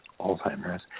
Alzheimer's